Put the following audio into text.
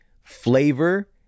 flavor